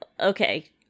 okay